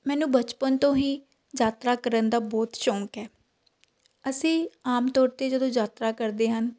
ਮੈਨੂੰ ਬਚਪਨ ਤੋਂ ਹੀ ਯਾਤਰਾ ਕਰਨ ਦਾ ਬਹੁਤ ਸ਼ੌਕ ਹੈ ਅਸੀਂ ਆਮ ਤੌਰ 'ਤੇ ਜਦੋਂ ਯਾਤਰਾ ਕਰਦੇ ਹਨ